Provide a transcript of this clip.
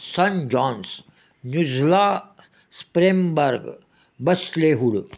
सन जॉन्स न्युझला स्प्रेमबर्ग बसलेहूर